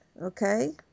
Okay